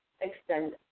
extend